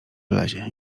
wlezie